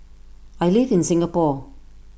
I live in Singapore